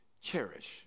Cherish